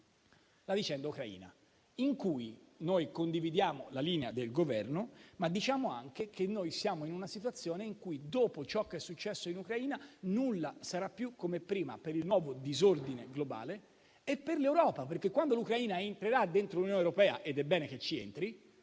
la vicenda ucraina. Noi condividiamo la linea del Governo, ma diciamo anche che siamo in una situazione in cui, dopo ciò che è successo in Ucraina, nulla sarà più come prima per il nuovo disordine globale e per l'Europa, perché quando l'Ucraina entrerà dentro l'Unione europea - ed è bene che ci entri